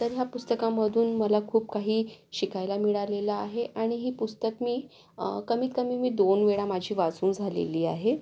तर या पुस्तकामधून मला खूप काही शिकायला मिळालेलं आहे आणि ही पुस्तक मी कमीत कमी मी दोन वेळा माझी वाचून झालेली आहे